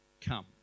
come